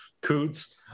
Coots